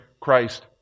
Christ